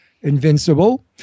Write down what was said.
Invincible